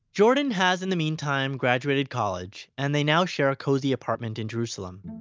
jordan has, in the meantime, graduated college, and they now share a cozy apartment in jerusalem.